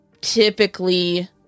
Typically